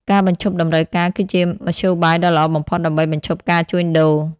ការបញ្ឈប់តម្រូវការគឺជាមធ្យោបាយដ៏ល្អបំផុតដើម្បីបញ្ឈប់ការជួញដូរ។